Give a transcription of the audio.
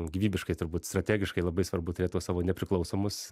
gyvybiškai turbūt strategiškai labai svarbu turėt tuos savo nepriklausomus